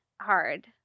hard